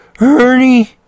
Ernie